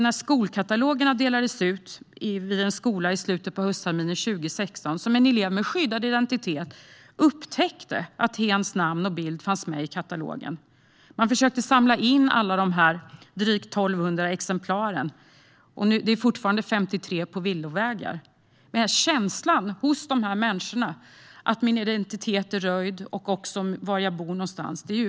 När skolkatalogerna delades ut i slutet av höstterminen 2016 upptäckte en elev med skyddad identitet att hens namn och bild fanns med i katalogen. Man försökte då samla in alla de drygt 1 200 exemplaren, men 53 kataloger är fortfarande på villovägar. Känslan hos dessa människor av att deras identitet och adresser är röjda är fruktansvärd.